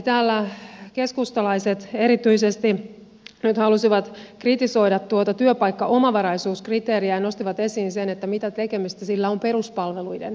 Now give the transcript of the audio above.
täällä keskustalaiset erityisesti nyt halusivat kritisoida tuota työpaikkaomavaraisuuskriteeriä ja nostivat esiin sen että mitä tekemistä sillä on peruspalveluiden kanssa